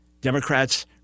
Democrats